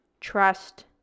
trust